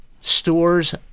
stores